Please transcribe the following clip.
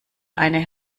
eine